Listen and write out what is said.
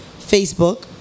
Facebook